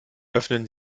öffnen